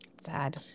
sad